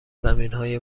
زمینهای